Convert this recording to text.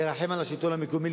לרחם על השלטון המקומי,